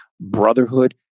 brotherhood